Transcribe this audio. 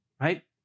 Right